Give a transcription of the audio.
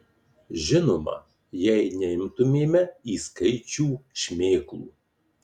žinoma jei neimtumėme į skaičių šmėklų